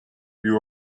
you